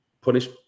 punish